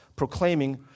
proclaiming